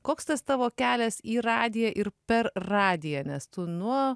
koks tas tavo kelias į radiją ir per radiją nes tu nuo